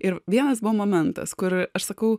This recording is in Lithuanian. ir vienas buvo momentas kur aš sakau